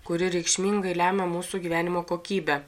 kuri reikšmingai lemia mūsų gyvenimo kokybę